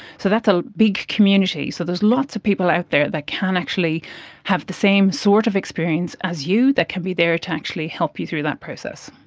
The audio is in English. so that's a big community, so there's lots of people out there that can actually have the same sort of experience as you, that can be there to actually help you through that process.